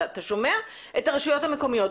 אבל אתה שומע את הרשויות המקומיות,